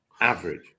average